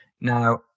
Now